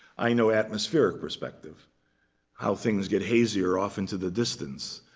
i know atmospheric perspective how things get hazier off into the distance.